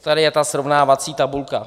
Tady je ta srovnávací tabulka.